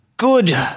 Good